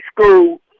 school